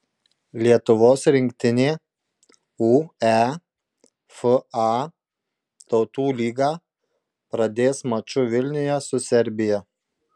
lietuvos rinktinė uefa tautų lygą pradės maču vilniuje su serbija